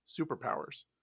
superpowers